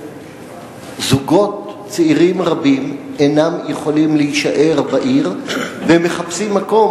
שזוגות צעירים רבים אינם יכולים להישאר בעיר ומחפשים מקום,